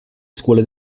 scuole